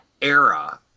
era